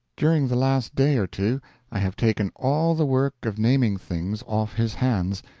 during the last day or two i have taken all the work of naming things off his hands,